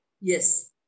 Yes